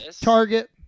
Target